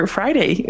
Friday